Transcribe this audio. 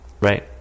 Right